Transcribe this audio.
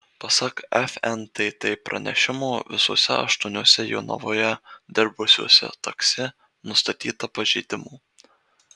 pasak fntt pranešimo visuose aštuoniuose jonavoje dirbusiuose taksi nustatyta pažeidimų